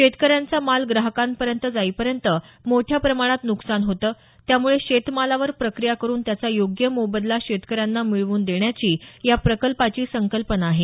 शेतकऱ्यांचा माल ग्राहकापर्यंत जाईपर्यंत मोठ्या प्रमाणात नुकसान होतं त्यामुळे शेतमालावर प्रक्रिया करून त्याचा योग्य मोबदला शेतकऱ्यांना मिळवून देण्याची या प्रकल्पाची संकल्पना आहे